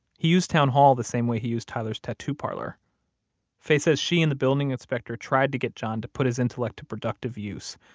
he used town hall the same way he used tyler's tattoo parlor faye says she and the building inspector tried to get john to put his intellect to productive use,